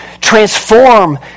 transform